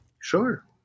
Sure